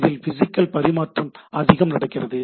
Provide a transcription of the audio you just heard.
இதில் பிசிகல் பரிமாற்றம் அதிகம் நடக்கிறது